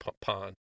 pond